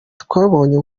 twabonye